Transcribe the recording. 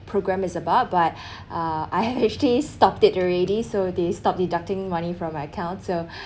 program is about but uh I have actually stopped it already so they stop deducting money from my account